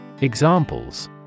Examples